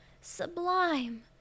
Sublime